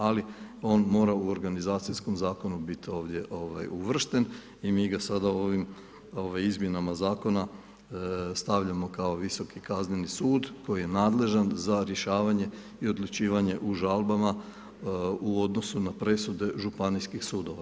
Ali on mora u organizacijskom zakonu biti ovdje uvršten i mi ga sad ovim izmjenama Zakona stavljamo kao Visoki kazneni sud koji je nadležan za rješavanje i odlučivanje u žalbama u odnosu na presude županijskih sudova.